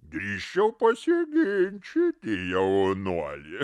drįsčiau pasiginčyti jaunuoli